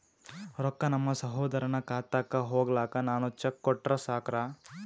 ರೊಕ್ಕ ನಮ್ಮಸಹೋದರನ ಖಾತಕ್ಕ ಹೋಗ್ಲಾಕ್ಕ ನಾನು ಚೆಕ್ ಕೊಟ್ರ ಸಾಕ್ರ?